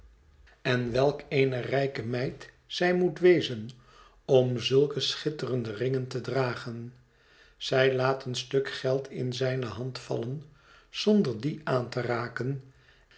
kerkhof welk eene rijke meid zij moet wezen om zulke schitterende ringen te dragen zij laat een stuk geld in zijne hand vallen zonder die aan te raken